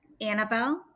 Annabelle